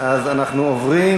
אז אנחנו עוברים